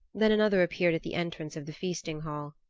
then another appeared at the entrance of the feasting hall.